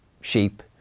sheep